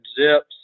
Zips